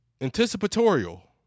Anticipatorial